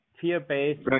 Fear-based